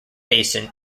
basin